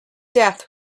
death